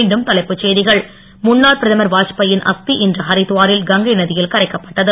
மீண்டும் தலைப்புச் செய்திகள் முன்னாள் பிரதமர் வாத்பாயின் அஸ்தி இன்று ஹரிதுவாரில் கங்கை நதியில் கரைக்கப்பட்டது